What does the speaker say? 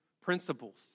principles